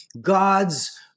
God's